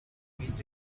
missed